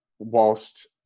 Whilst